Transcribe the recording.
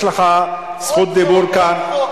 יש לך זכות דיבור כאן,